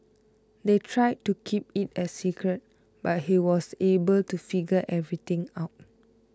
they tried to keep it a secret but he was able to figure everything out